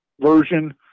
version